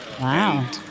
wow